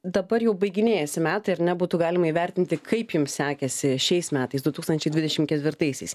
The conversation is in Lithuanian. dabar jau baiginėjasi metai ar ne būtų galima įvertinti kaip jums sekėsi šiais metais du tūkstančiai dvidešim ketvirtaisiais